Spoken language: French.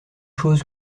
chose